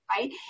Right